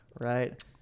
right